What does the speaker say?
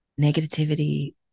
negativity